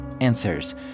answers